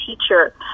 teacher